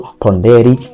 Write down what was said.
ponderi